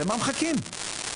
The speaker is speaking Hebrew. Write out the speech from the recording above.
למה מחכים?